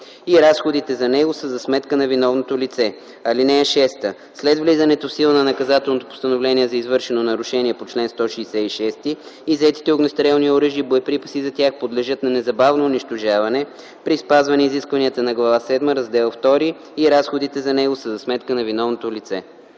и разходите за него са за сметка на виновното лице. (6) След влизането в сила на наказателното постановление за извършено нарушение по чл. 166 иззетите огнестрелни оръжия и боеприпаси за тях подлежат на незабавно унищожаване при спазване изискванията на глава седма, раздел ІІ и разходите за него са за сметка на виновното лице.”